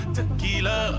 Tequila